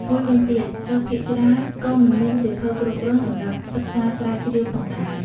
មួយវិញទៀត សិស្សភាគច្រើនក៏មិនមានសៀវភៅគ្រប់គ្រាន់សម្រាប់សិក្សាស្រាវជ្រាវផងដែរ។